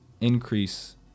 increase